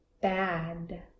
bad